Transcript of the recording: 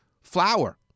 flour